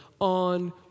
on